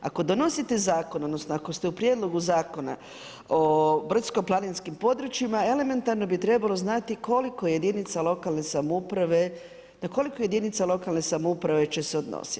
Ako donosite zakon, odnosno ako ste u prijedlogu zakona o brdsko-planinskim područjima elementarno bi trebalo znati koliko jedinica lokalne samouprave, na koliko jedinica lokalne samouprave će se odnosit.